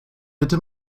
bitte